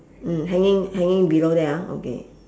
mm hanging hanging below there ah okay